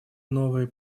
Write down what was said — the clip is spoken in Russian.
новые